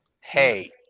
hey